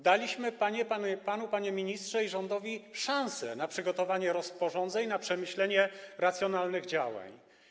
Daliśmy panu, panie ministrze, i rządowi szansę na przygotowanie rozporządzeń, na przemyślenie racjonalnych działań.